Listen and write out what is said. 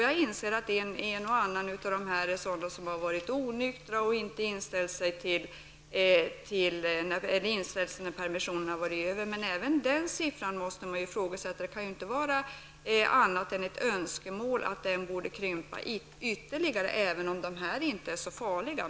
Jag inser att en och annan av dessa är sådana som varit onyktra och inte inställt sig när permissionen varit slut. Även denna siffra måste ju dock ifrågasättas. Det måste ju vara ett önskemål att den siffran skall krympa ytterligare, även om dessa personer inte är så farliga.